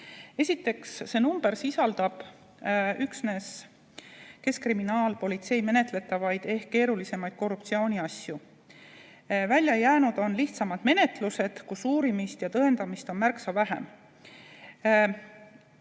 Esiteks, see summa kajastab üksnes Keskkriminaalpolitsei menetletavaid ehk keerulisemaid korruptsiooniasju. Välja on jäetud lihtsamad menetlused, kus uurimist ja tõendamist on märksa vähem.